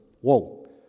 whoa